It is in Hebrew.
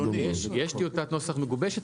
יש טיוטת נוסח מגובשת.